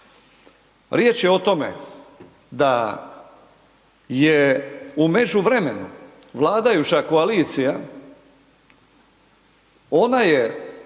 Riječ je o tome da je u međuvremenu vladajuća koalicija, ona je